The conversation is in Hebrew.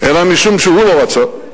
אלא משום שהוא לא רצה.